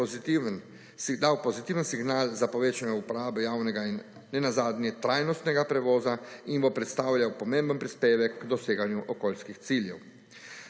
ukrep dal pozitiven signal za povečanje uporabe javnega in nenazadnje trajnostnega prevoza in bo predstavljal pomemben prispevek k doseganju okoljskih ciljev.